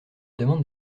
demande